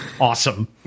Awesome